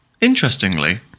interestingly